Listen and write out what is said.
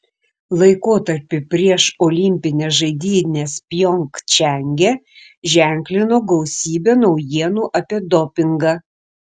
laikotarpį prieš olimpines žaidynes pjongčange ženklino gausybė naujienų apie dopingą